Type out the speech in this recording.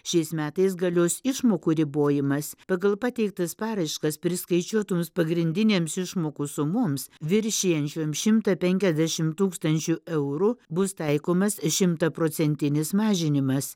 šiais metais galios išmokų ribojimas pagal pateiktas paraiškas priskaičiuotoms pagrindinėms išmokų sumoms viršijančioms šimtą penkiasdešim tūkstančių eurų bus taikomas šimtaprocentinis mažinimas